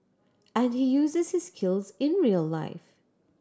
and he uses his skills in real life